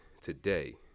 today